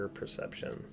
perception